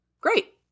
Great